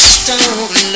stone